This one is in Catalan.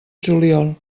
juliol